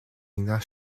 ignace